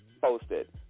posted